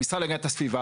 המשרד להגנת הסביבה.